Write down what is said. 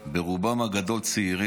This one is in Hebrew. רובם הגדול צעירים,